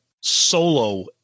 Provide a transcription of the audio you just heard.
solo